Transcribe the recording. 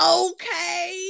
okay